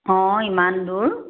অঁ ইমান দূৰ